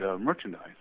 merchandise